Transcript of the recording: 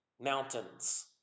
mountains